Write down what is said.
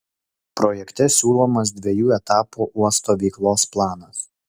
projekte siūlomas dviejų etapų uosto veiklos planas